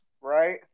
right